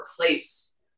replace